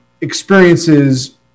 experiences